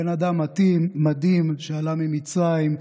בן אדם מדהים שעלה ממצרים,